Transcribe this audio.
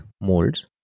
molds